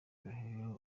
ibahe